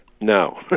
No